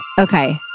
Okay